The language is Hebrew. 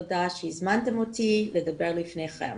תודה שהזמנתם אותי לדבר לפניכם.